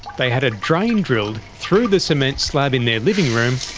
they had a drain drilled through the cement slab in their living room,